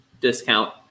discount